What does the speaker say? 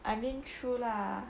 I mean true lah